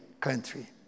country